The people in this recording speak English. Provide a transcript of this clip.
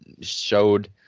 showed